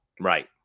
Right